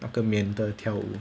那个面的跳舞